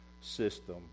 system